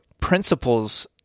principles